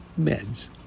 meds